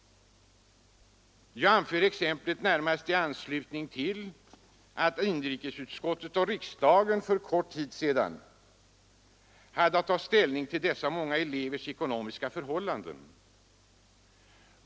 Jag anför exemplet närmast i anslutning till att inrikesutskottet och riksdagen för kort tid sedan hade att ta ställning till dessa många elevers ekonomiska förhållanden.